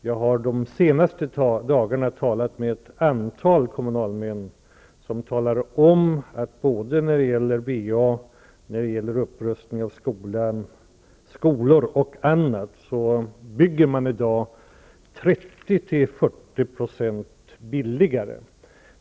Jag har under de senaste dagarna talat med ett antal kommunalmän, som berättat att man både när det gäller VA-nät och när det gäller upprustning av skolor och annat i dag bygger 30-40 % billigare.